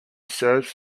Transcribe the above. serves